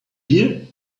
here